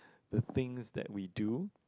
the things that we do